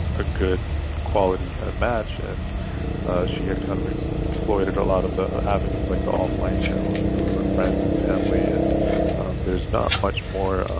a good quality kind of match. and she had kind of explored a lot of the avenues, like, the offline channels through her friends and family. and there's not much more,